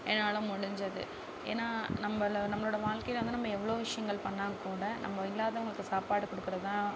என்னால் முடிஞ்சது ஏன்னா நம்மள நம்மளோட வாழ்கையில் நம்ம எவ்வளோ விஷயங்கள் பண்ணாக் கூட நம்ம இல்லாதவங்களுக்கு சாப்பாடு கொடுக்குறதுதான்